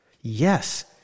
Yes